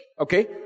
okay